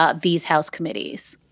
ah these house committees